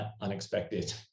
unexpected